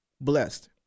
blessed